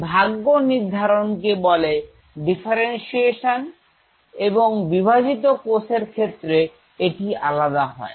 এই ভাগ্য নির্ধারণ কে বলে ডিফারেন্সিয়েশন এবংবিভাজিত কোষের ক্ষেত্রে এটি আলাদা হয়